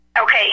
Okay